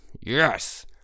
yes